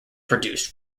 produced